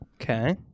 Okay